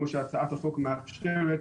כמו שהצעת החוק מאפשרת,